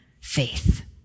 faith